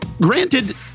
Granted